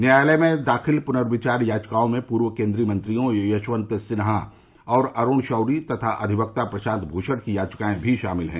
न्यायालय में दायर पुनर्विचार याचिकाओं में पूर्व केन्द्रीय मंत्रियों यशवंत सिन्हा और अरूण शौरी तथा अधिवक्ता प्रशांत भूषण की याचिकाएं भी शामिल हैं